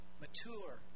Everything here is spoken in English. mature